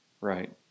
right